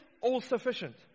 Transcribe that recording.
all-sufficient